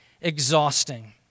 exhausting